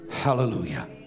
Hallelujah